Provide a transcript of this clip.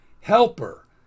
helper